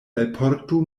alportu